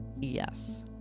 yes